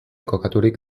kokaturik